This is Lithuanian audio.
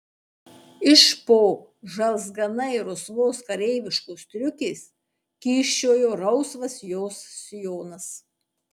iš po žalzganai rusvos kareiviškos striukės kyščiojo rausvas jos sijonas